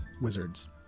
wizards